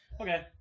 Okay